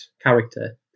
character